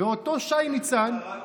איך הוא קרא לו?